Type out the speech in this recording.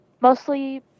mostly